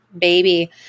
baby